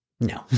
No